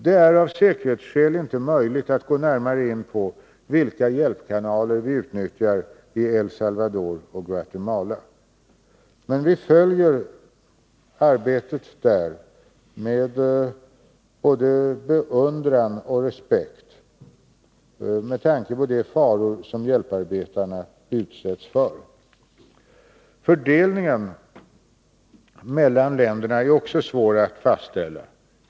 : Det är av säkerhetsskäl inte möjligt att gå närmare in på vilka hjälpkanaler vi utnyttjar i El Salvador och Guatemala. Vi följer emellertid arbetet där med både beundran och respekt med tanke på de faror som hjälparbetarna utsätts för. Fördelningen mellan länderna är också svår att fastställa.